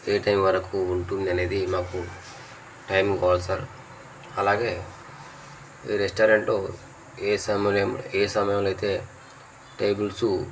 ఏ time వరకు ఉంటుంది అనేది మాకు టైమింగ్ కావాలి సార్ అలాగే మీ రెస్టారెంటు ఏ సమరెం ఏ సమయంలో అయితే టేబుల్సు